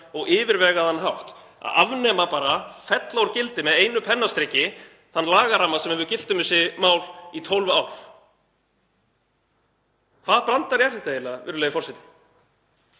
og yfirvegaðan hátt, að afnema bara, fella úr gildi með einu pennastriki þann lagaramma sem hefur gilt um þessi mál í 12 ár. Hvaða brandari er þetta eiginlega, virðulegi forseti?